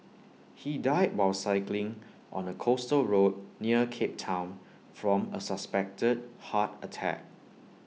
he died while cycling on A coastal road near cape Town from A suspected heart attack